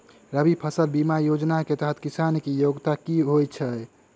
रबी फसल बीमा योजना केँ तहत किसान की योग्यता की होइ छै?